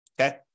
okay